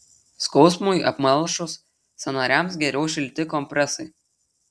skausmui apmalšus sąnariams geriau šilti kompresai